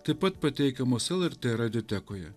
taip pat pateikiamos lrt radiotekoje